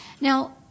Now